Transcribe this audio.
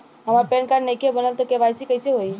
हमार PAN card नईखे बनल त के.वाइ.सी कइसे होई?